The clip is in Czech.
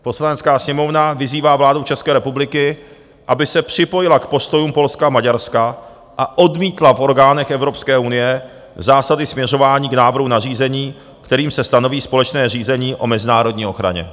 Poslanecká sněmovna vyzývá vládu České republiky, aby se připojila k postojům Polska a Maďarska a odmítla v orgánech Evropské unie zásady směřování k návrhu nařízení, kterým se stanoví společné řízení o mezinárodní ochraně.